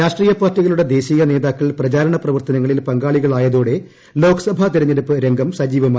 രാഷ്ട്രീയ പാർട്ടികളുടെ ദേശീയ നേതാക്കൾ പ്രചാരണ പ്രവർത്തനങ്ങളിൽ പങ്കാളികളായതോടെ ലോക്സഭാ തെരഞ്ഞെടുപ്പ് പ്രചരണരംഗം സജ്ജീവമായി